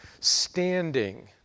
standing